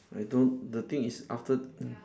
I don't the thing is after